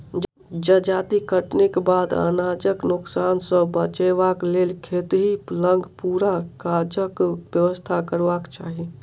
जजाति कटनीक बाद अनाजक नोकसान सॅ बचबाक लेल खेतहि लग पूरा काजक व्यवस्था करबाक चाही